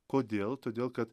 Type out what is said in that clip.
kodėl todėl kad